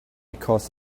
because